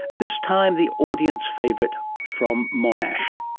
this time the audience favourite from monash.